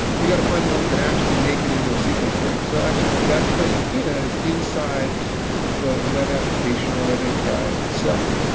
you got to find the ones that actually make it into a sql query. so i think the best place to do that is inside the web application or web api itself.